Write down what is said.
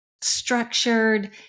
structured